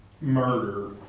Murder